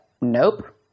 Nope